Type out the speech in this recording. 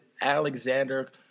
Alexander